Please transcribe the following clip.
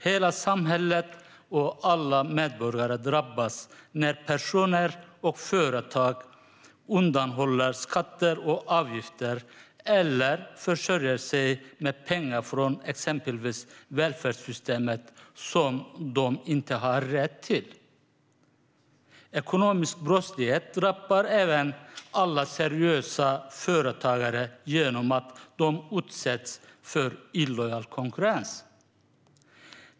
Hela samhället och alla medborgare drabbas när personer och företag undanhåller skatter och avgifter eller förser sig med pengar från exempelvis välfärdssystemet som de inte har rätt till. Ekonomisk brottslighet drabbar även alla seriösa företagare genom att de utsätts för illojal konkurrens.